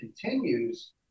continues